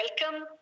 welcome